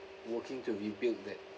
working to rebuild that